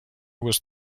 was